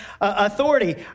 authority